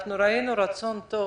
אנחנו ראינו רצון טוב